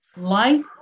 life